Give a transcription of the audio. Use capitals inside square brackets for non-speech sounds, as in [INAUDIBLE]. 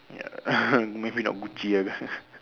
ya [LAUGHS] maybe not Gucci [LAUGHS]